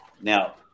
Now